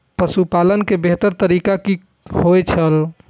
पशुपालन के बेहतर तरीका की होय छल?